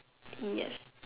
yes